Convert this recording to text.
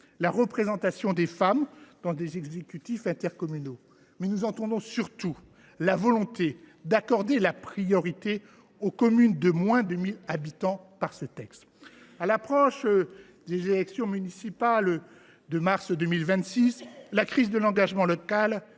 la représentation des femmes dans les exécutifs intercommunaux, mais nous entendons surtout la volonté d’accorder la priorité aux communes de moins de 1 000 habitants dans ce texte. À l’approche des élections municipales de 2026, la crise de l’engagement local